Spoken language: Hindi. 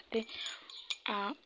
खाते आ